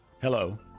Hello